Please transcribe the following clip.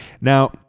Now